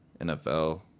NFL